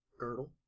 Girdle